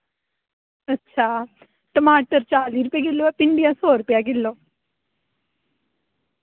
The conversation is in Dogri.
अच्छा टमाटर चाली रपेऽ किल्लो ऐ भिंडियां सौ रपेआ किल्लो